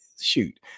shoot